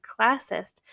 classist